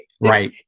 Right